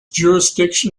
jurisdiction